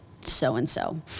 so-and-so